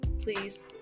please